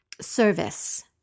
service